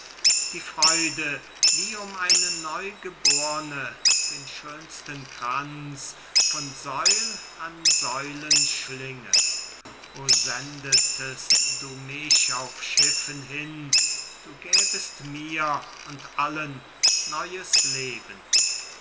die freude wie um eine neugeborne den schönsten kranz von säul an säulen schlinge o sendetest du mich auf schiffen hin du gäbest mir und allen neues leben